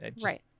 Right